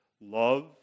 love